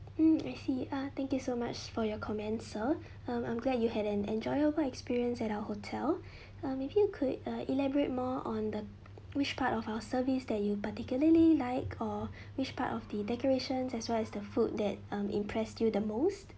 hmm I see uh thank you so much for your comment sir um I'm glad you had an enjoyable experience at our hotel um maybe you could uh elaborate more on the which part of our service that you particularly like or which part of the decorations as well as the food that um impressed you the most